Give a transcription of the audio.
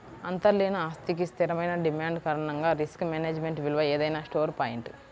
అంతర్లీన ఆస్తికి స్థిరమైన డిమాండ్ కారణంగా రిస్క్ మేనేజ్మెంట్ విలువ ఏదైనా స్టోర్ పాయింట్